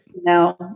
No